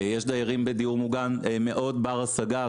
יש דיירים בדיור מוגן מאוד בר השגה,